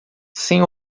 sem